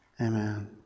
Amen